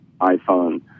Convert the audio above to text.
iPhone